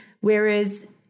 whereas